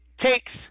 takes